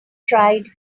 tried